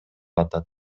атат